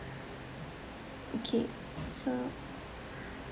okay so